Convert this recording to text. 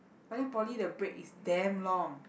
but then poly the break is damn long